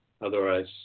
otherwise